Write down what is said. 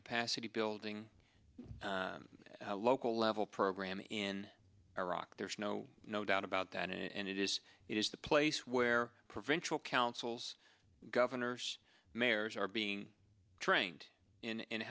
capacity building local level program in iraq there's no no doubt about that and it is it is the place where provincial councils governors mayors are being trained in